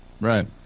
Right